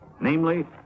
namely